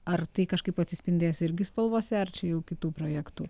ar tai kažkaip atsispindės irgi spalvose ar čia jau kitų projektų